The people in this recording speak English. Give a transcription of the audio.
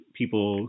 people